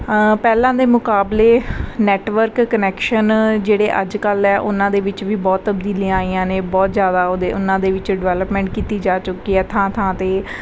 ਪਹਿਲਾਂ ਦੇ ਮੁਕਾਬਲੇ ਨੈਟਵਰਕ ਕਨੈਕਸ਼ਨ ਜਿਹੜੇ ਅੱਜ ਕੱਲ੍ਹ ਹੈ ਉਹਨਾਂ ਦੇ ਵਿੱਚ ਵੀ ਬਹੁਤ ਤਬਦੀਲੀਆਂ ਆਈਆਂ ਨੇ ਬਹੁਤ ਜ਼ਿਆਦਾ ਉਹਨਾਂ ਦੇ ਵਿੱਚ ਡਿਵੈਲਪਮੈਂਟ ਕੀਤੀ ਜਾ ਚੁੱਕੀ ਹੈ ਥਾਂ ਥਾਂ 'ਤੇ